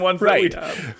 Right